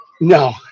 No